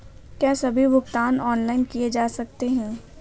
क्या सभी भुगतान ऑनलाइन किए जा सकते हैं?